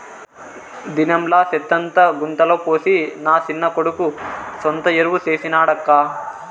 దినంలా సెత్తంతా గుంతల పోసి నా చిన్న కొడుకు సొంత ఎరువు చేసి నాడక్కా